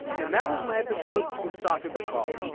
and that was my episode with safi bahcall.